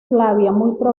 probablemente